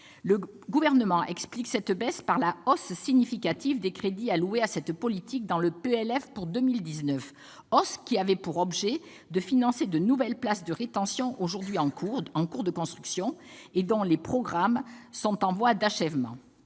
Le Gouvernement explique cette diminution par la hausse significative des crédits alloués à cette politique dans le projet de loi de finances pour 2019, une augmentation qui avait pour objet de financer de nouvelles places de rétention, aujourd'hui en cours de construction, et dont les programmes sont en voie d'achèvement.